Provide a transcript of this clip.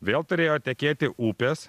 vėl turėjo tekėti upės